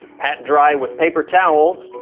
pat dry with paper towels.